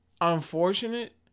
unfortunate